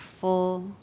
full